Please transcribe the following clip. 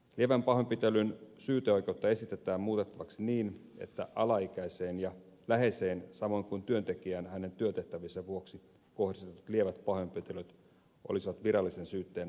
lievän pahoinpitelyn syyteoikeutta esitetään muutettavaksi niin että alaikäiseen ja läheiseen samoin kuin työntekijään hänen työtehtäviensä vuoksi kohdistetut lievät pahoinpitelyt olisivat virallisen syytteen alaisia